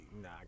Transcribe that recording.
nah